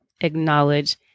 acknowledge